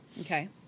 Okay